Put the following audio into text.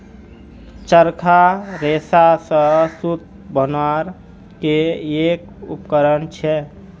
चरखा रेशा स सूत बनवार के एक उपकरण छेक